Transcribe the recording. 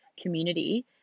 community